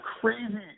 crazy